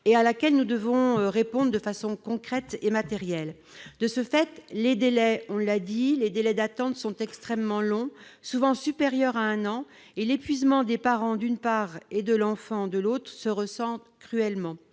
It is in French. et à laquelle nous devons répondre de façon concrète et matérielle. De ce fait, les délais d'attente sont extrêmement longs, souvent supérieurs à un an, et l'épuisement des parents et de l'enfant se ressent cruellement.